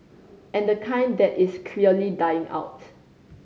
and the kind that is clearly dying out